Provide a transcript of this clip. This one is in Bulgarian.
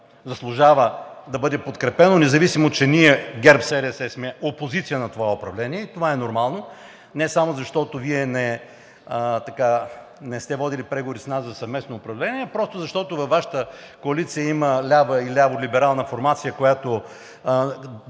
заслужава да бъде подкрепено, независимо че ние – ГЕРБ-СДС, сме опозиция на това управление, и това е нормално не само защото Вие не сте водили преговори с нас за съвместно управление, а просто защото във Вашата коалиция има лява и ляво-либерална формация, която